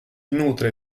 nutre